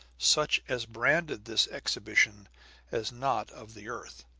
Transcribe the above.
such as branded this exhibition as not of the earth.